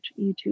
YouTube